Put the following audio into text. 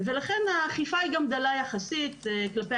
ולכן האכיפה היא גם דלה יחסית פרטי